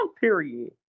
Period